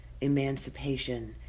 emancipation